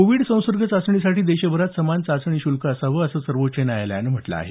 Covid संसर्ग चाचणीसाठी देशभरात समान चाचणी श्ल्क असावं असं सर्वोच्व न्यायालयानं म्हटलं आहे